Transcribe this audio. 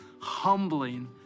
humbling